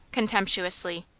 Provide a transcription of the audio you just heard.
contemptuously.